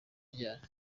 ryari